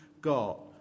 got